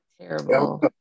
terrible